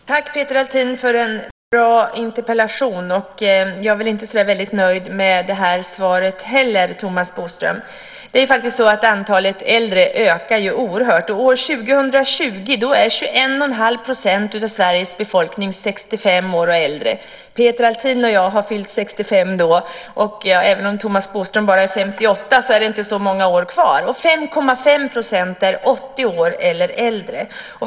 Fru talman! Tack, Peter Althin, för en bra interpellation. Jag är inte så där väldigt nöjd med det här svaret heller, Thomas Bodström. Antalet äldre ökar oerhört. År 2020 är 21 % av Sveriges befolkning 65 år och äldre. Peter Althin och jag har fyllt 65 då, och även om Thomas Bodström bara är 58 då är det inte så många år kvar. 5,5 % är då 80 år eller äldre.